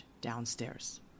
downstairs